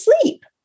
sleep